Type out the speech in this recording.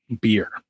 beer